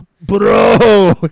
bro